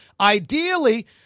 ideally –